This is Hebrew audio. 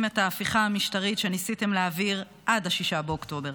את ההפיכה המשטרית שניסיתם להעביר עד 6 באוקטובר.